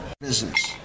business